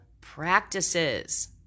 practices